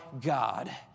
God